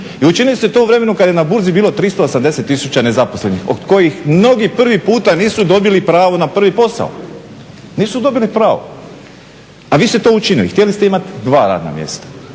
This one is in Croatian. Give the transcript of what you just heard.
I učinili ste to u vremenu kad je na Burzi bilo 380 tisuća nezaposlenih od kojih mnogi prvi puta nisu dobili pravo na prvi posao, nisu dobili pravo. A vi ste to učinili, htjeli ste imati dva radna mjesta.